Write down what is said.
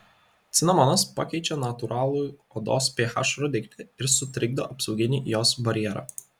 cinamonas pakeičia natūralų odos ph rodiklį ir sutrikdo apsauginį jos barjerą